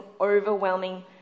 overwhelming